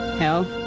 hell.